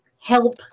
help